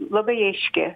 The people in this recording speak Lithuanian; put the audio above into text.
labai aiški